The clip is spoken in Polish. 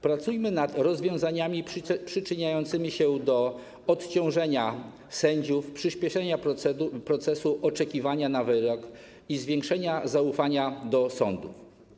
Pracujmy nad rozwiązaniami przyczyniającymi się do odciążenia sędziów, przyśpieszenia procesu oczekiwania na wyrok i zwiększenia zaufania do sądów.